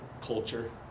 culture